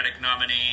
nominee